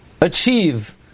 achieve